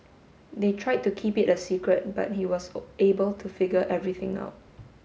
they tried to keep it a secret but he was able to figure everything out